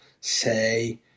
say